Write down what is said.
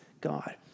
God